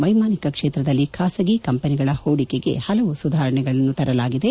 ವೈಮಾನಿಕ ಕ್ಷೇತ್ರದಲ್ಲಿ ಖಾಸಗಿ ಕಂಪನಿಗಳ ಹೂಡಿಕೆಗೆ ಪಲವು ಸುಧಾರಣೆಗಳನ್ನು ತರಲಾಗಿದೆ